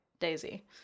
Daisy